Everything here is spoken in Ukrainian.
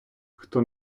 хто